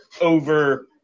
over